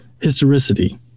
historicity